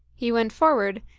he went forward,